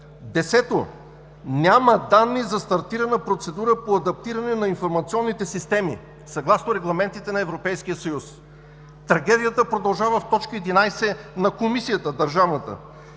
10. Няма данни за стартирана процедура по адаптиране на информационните системи съгласно регламентите на Европейския съюз. Трагедията продължава в точка единадесет на Държавната